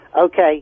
Okay